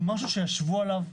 הוא משהו שישבו עליו,